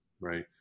right